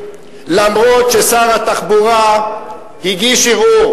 אף-על-פי ששר התחבורה הגיש ערעור